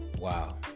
Wow